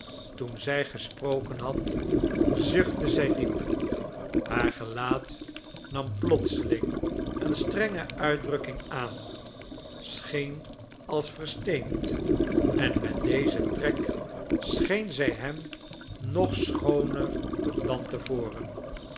toen zij gesproken had zuchtte zij diep haar gelaat nam plotseling een strenge uitdrukking aan scheen als versteend en met dezen trek scheen zij hem nog schooner dan te voren